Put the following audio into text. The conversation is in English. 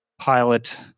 pilot